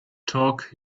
talk